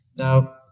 now,